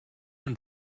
und